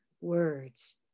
words